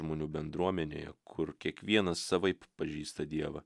žmonių bendruomenėje kur kiekvienas savaip pažįsta dievą